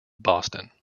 boston